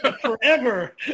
forever